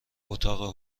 اتاق